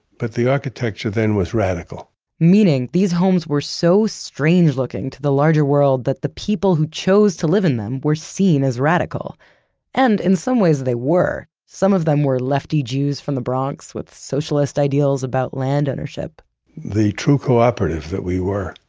but the architecture then was radical meaning these homes were so strange looking to the larger world that the people who chose to live in them were seen as radical and in some ways they were. some of them were lefty jews from the bronx with socialist ideals about land ownership the true cooperative that we were,